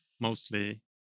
mostly